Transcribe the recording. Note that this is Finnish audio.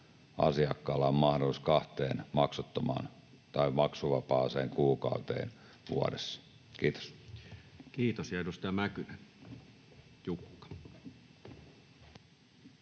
asiakkaalla on mahdollisuus kahteen maksuvapaaseen kuukauteen vuodessa. — Kiitos. Kiitos. — Edustaja Mäkynen, Jukka.